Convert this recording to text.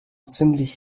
ziemlich